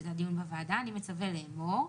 זה דיון בוועדה אני מצווה לאמור: